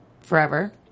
forever